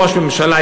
ראש ממשלה,